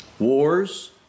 Wars